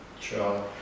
Sure